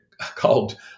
called